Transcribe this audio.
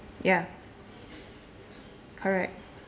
ya correct